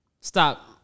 stop